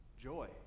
joy